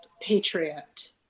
Patriot